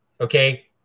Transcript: okay